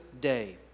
day